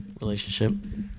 Relationship